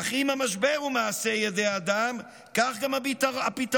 אך אם המשבר הוא מעשה ידי אדם, כך גם הפתרון.